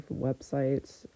websites